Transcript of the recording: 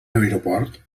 aeroport